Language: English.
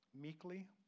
meekly